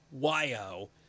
YO